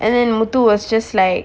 and then muthu was just like